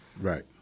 Right